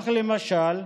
למשל,